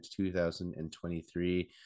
2023